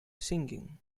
singing